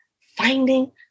finding